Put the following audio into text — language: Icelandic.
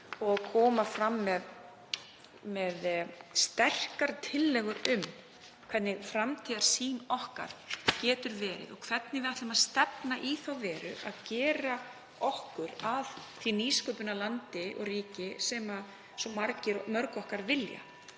og koma fram með sterka tillögu um hvernig framtíðarsýn okkar getur verið og hvernig við ætlum að stefna að því að gera okkur að því nýsköpunarlandi og -ríki sem svo mörg okkar vilja.